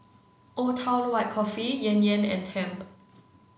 Old Town White Coffee Yan Yan and Tempt